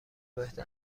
بهتر